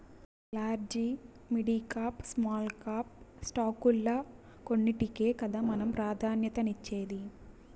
large, midcap, small cap స్టాకుల్ల కొన్నింటికే కదా మనం ప్రాధాన్యతనిచ్చేది